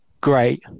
great